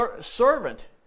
servant